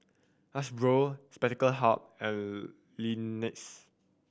Hasbro Spectacle Hut and Lexus